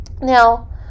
now